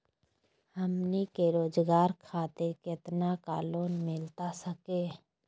हमनी के रोगजागर खातिर कितना का लोन मिलता सके?